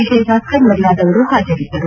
ವಿಜಯ್ಭಾಸ್ತರ್ ಮೊದಲಾದವರು ಹಾಜರಿದ್ದರು